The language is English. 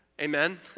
Amen